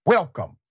Welcome